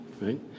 right